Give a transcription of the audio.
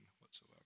whatsoever